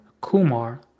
Kumar